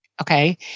okay